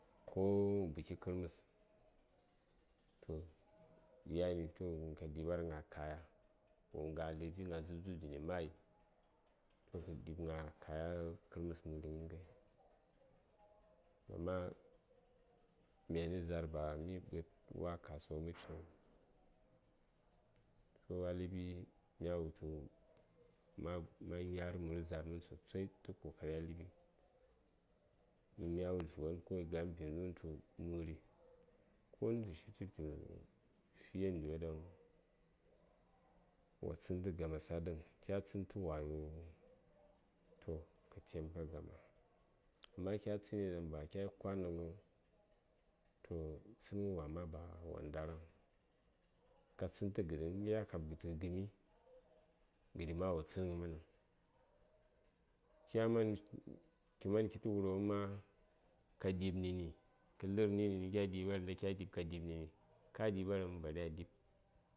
ko nə buki kərməs toh yani toh ghən ka ɗiɓar gna kaya wo gha ləɗi gna dzub dzub dəni mayi kə ɗib gna kaya kərməs məri mən ghai amma myani za:r ba miyi ɓəd wa kasuwa miyi ciŋ so a ləɓi ma wutu ya nyar məri za:r mən sosai tə kokari a ləɓi uhn mya wulvi won ko ga:m viyen dun yan citu məri konu tə shiti tə fi yandiyoɗaŋ wo tsən tə gamas a ɗəŋ kya tsən tə wayo toh ka taimaka gama amma kya tsənni ɗan ba kya kwan ɗa rai toh tsənghən wa ma ba wo ndaraŋ ka tsən tə gəɗəŋ mya kab gəd mə gəmi gəɗi wo tsənghə mənəŋ kya man kə man kitə wurɓaŋ ma ka ɗi:b nə ni kə lər nə ni kya ɗiɓar kya ɗi:ɓ ka ɗi:b nə ni ka ɗiɓarəŋ bare a ɗib.